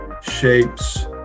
shapes